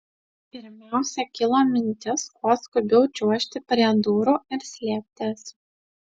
pirmiausia kilo mintis kuo skubiau čiuožti prie durų ir slėptis